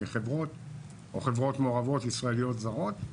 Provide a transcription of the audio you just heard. מחברות או חברות מעורבות ישראליות-זרות.